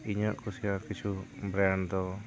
ᱤᱧᱟᱹᱜ ᱠᱩᱥᱤᱭᱟᱜ ᱠᱤᱪᱷᱩ ᱵᱨᱮᱱᱰ ᱫᱚ